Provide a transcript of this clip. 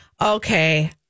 okay